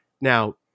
Now